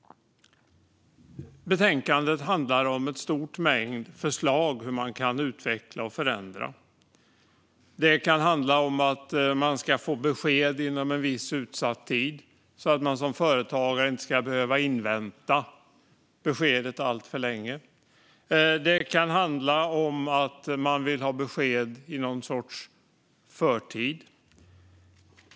Betänkandet handlar om en stor mängd förslag på hur man kan utveckla och förändra förvaltningen. Det kan handla om att man ska få besked inom en viss utsatt tid så att man som företagare inte ska behöva invänta beskedet alltför länge. Det kan också handla om att man vill ha besked i någon sorts förtid.